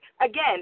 again